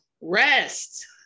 rest